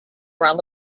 around